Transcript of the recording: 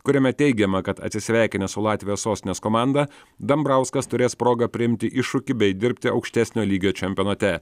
kuriame teigiama kad atsisveikinęs su latvijos sostinės komanda dambrauskas turės progą priimti iššūkį bei dirbti aukštesnio lygio čempionate